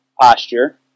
posture